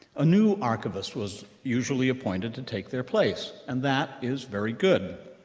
a new archivist was usually appointed to take their place, and that is very good.